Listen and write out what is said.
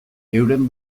euren